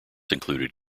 included